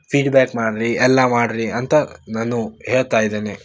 feedback ಮಾಡಿರಿ ಎಲ್ಲ ಮಾಡಿರಿ ಅಂತ ನಾನು ಹೇಳ್ತಾ ಇದೀನಿ